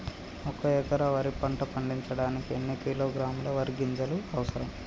ఒక్క ఎకరా వరి పంట పండించడానికి ఎన్ని కిలోగ్రాముల వరి గింజలు అవసరం?